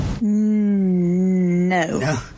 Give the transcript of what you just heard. No